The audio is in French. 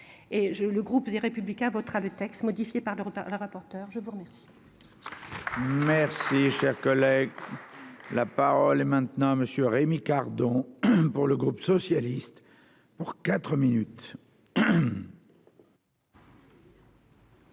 le groupe des Républicains votera le texte modifié par l'Europe. Le rapporteur, je vous remercie. Merci cher collègue. Là. Par les maintenant monsieur Rémy Cardon. Pour le groupe socialiste pour 4 minutes.